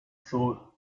thought